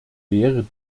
wäre